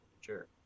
sure